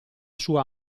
sua